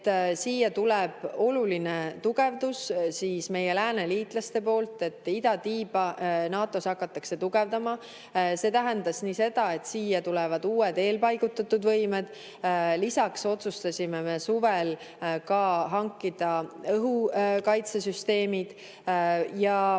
siia tuleb oluline tugevdus meie lääneliitlaste poolt ja NATO idatiiba hakatakse tugevdama. See tähendas seda, et siia tulevad uued eelpaigutatud võimed. Lisaks otsustasime me suvel hankida õhukaitsesüsteemid. Ja nüüd neid